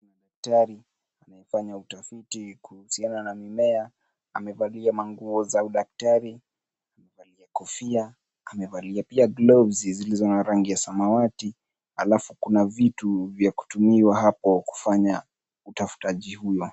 Daktari anafanya utafiti kuhusiana na mimea. Amevalia manguo za udaktari, amevalia kofia, amevalia pia glovu zilizo na rangi ya samawati halafu kuna vitu vya kutumiwa hapo kufanya utaftaji huo.